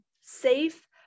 safe